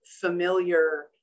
familiar